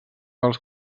dels